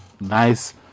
nice